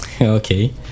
okay